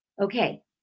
Okay